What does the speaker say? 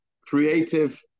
creative